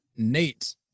Nate